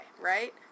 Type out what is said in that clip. right